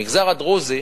במגזר הדרוזי,